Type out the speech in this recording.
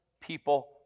people